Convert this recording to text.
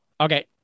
okay